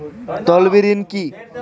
তলবি ঋণ কি?